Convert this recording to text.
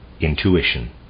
intuition